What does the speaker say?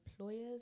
employer's